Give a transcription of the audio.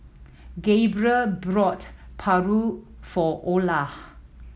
Gabriel brought paru for Olar